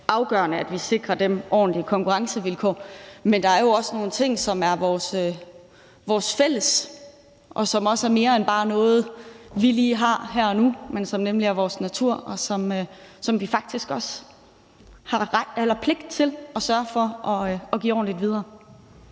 afgørende, at vi sikrer dem ordentlige konkurrencevilkår. Men der er jo også nogle ting, som er vores fælles, og som også er mere end bare noget, vi lige har her og nu, men som nemlig er vores natur, og som vi faktisk også har pligt til at sørge for at give ordentligt videre.